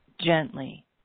gently